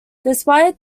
despite